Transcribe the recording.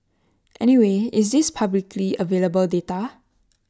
anyway is this publicly available data